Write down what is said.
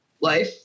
life